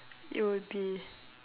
it will be